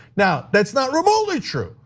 now, that's not remotely true.